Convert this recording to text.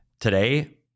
Today